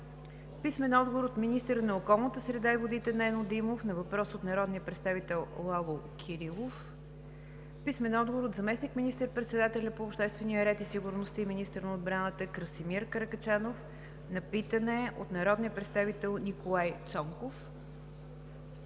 Проданов; - министъра на околната среда и водите Нено Димов на въпрос от народния представител Лало Кирилов; - заместник министър-председателя по обществения ред и сигурността и министър на отбраната Красимир Каракачанов на питане от народния представител Николай Цонков;